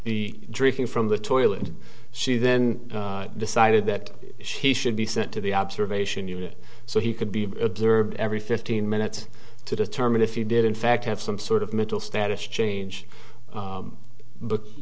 the drinking from the toilet she then decided that she should be sent to the observation unit so he could be observed every fifteen minutes to determine if you did in fact have some sort of mental status change but you